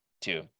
two